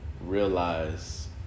realize